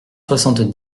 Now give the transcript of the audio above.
soixante